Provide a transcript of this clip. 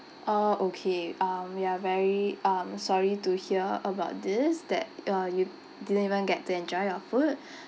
orh okay um we are very um sorry to hear about this that uh you didn't even get to enjoy your food